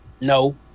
No